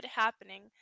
happening